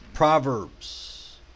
Proverbs